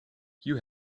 you